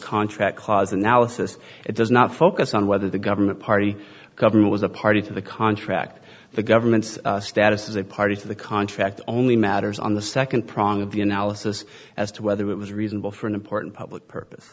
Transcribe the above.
contract clause analysis it does not focus on whether the government party government was a party to the contract the government's status as a party to the contract only matters on the second prong of the analysis as to whether it was reasonable for an important public purpose